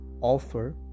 offer